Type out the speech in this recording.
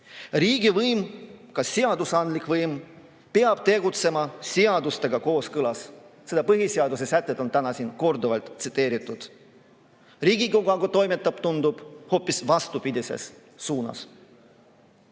Riigivõim, ka seadusandlik võim, peab tegutsema seadustega kooskõlas. Seda põhiseaduse sätet on täna siin korduvalt tsiteeritud. Riigikogu aga toimetab, nagu tundub, hoopis vastupidises suunas.